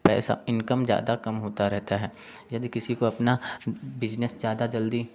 पैसा इनकम ज़्यादा कम होता रहता है यदि किसी को अपना बिजनेस ज़्यादा जल्दी